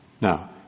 Now